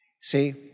See